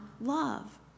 love